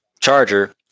Charger